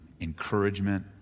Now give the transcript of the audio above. encouragement